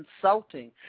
Consulting